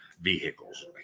vehicles